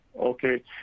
okay